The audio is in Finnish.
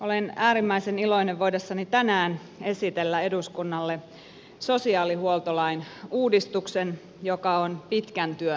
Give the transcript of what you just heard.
olen äärimmäisen iloinen voidessani tänään esitellä eduskunnalle sosiaalihuoltolain uudistuksen joka on pitkän työn tulos